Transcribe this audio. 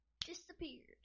disappeared